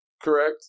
Correct